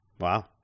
Wow